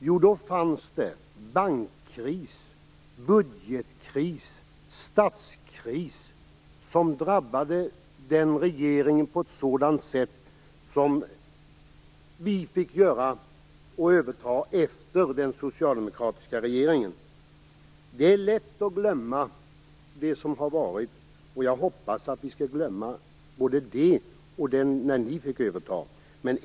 Jo, då fanns det bankkris, budgetkris och statskris som vi fick överta efter den socialdemokratiska regeringen. Det är lätt att glömma det som har varit, och jag hoppas att vi skall glömma både det och hur det var när ni fick ta över.